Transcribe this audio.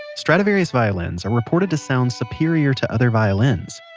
stradivarius violins are reputed to sound superior to other violins.